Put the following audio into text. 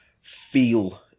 feel